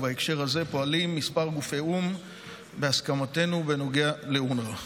ובהקשר הזה פועלים מספר גופי או"ם בהסכמתנו בנוגע לאונר"א.